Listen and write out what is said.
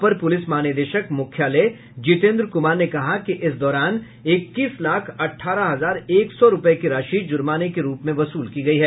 अपर police महानिदेशक मुख्यालय जितेन्द्र कुमार ने कहा कि इस दौरान इक्कीस लाख अठारह हजार एक सौ रुपए की राशि जुर्माने के रूप में वसूल की गई है